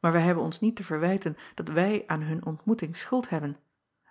maar wij hebben ons niet te verwijten dat wij aan hun ontmoeting schuld hebben